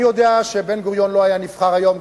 אני יודע שבן-גוריון לא היה נבחר היום,